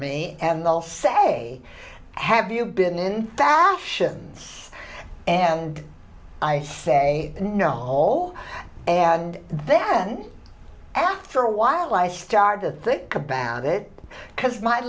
me and they'll say have you been in fast sions and i say no and then after a while i started to think about it because my